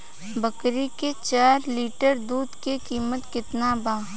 बकरी के चार लीटर दुध के किमत केतना बा?